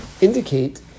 indicate